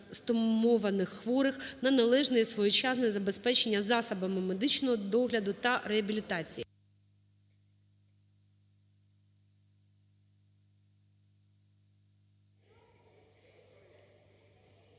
(стомованих хворих) на належне і своєчасне забезпечення засобами медичного догляду та реабілітації.